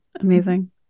Amazing